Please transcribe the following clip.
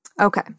Okay